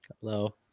Hello